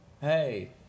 hey